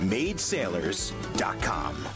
Madesailors.com